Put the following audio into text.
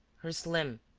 her slim,